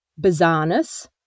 bizarreness